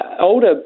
older